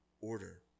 order